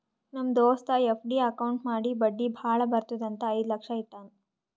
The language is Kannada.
ನಮ್ ದೋಸ್ತ ಎಫ್.ಡಿ ಅಕೌಂಟ್ ಮಾಡಿ ಬಡ್ಡಿ ಭಾಳ ಬರ್ತುದ್ ಅಂತ್ ಐಯ್ದ ಲಕ್ಷ ಇಟ್ಟಾನ್